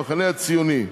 המחנה הציוני,